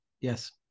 Yes